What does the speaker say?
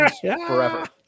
forever